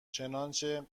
چنانچه